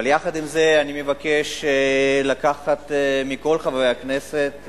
אבל יחד עם זה אני מבקש מכל חברי הכנסת,